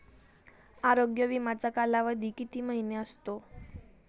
आरोग्य विमाचा कालावधी किती महिने असतो?